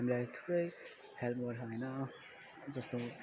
हामीलाई थुप्रै हेल्प गरेको छ होइन जस्तो